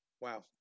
Wow